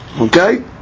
Okay